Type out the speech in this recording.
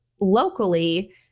locally